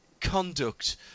conduct